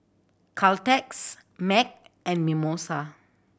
Caltex MAG and Mimosa